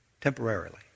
Temporarily